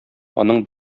аның